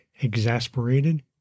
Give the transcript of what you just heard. exasperated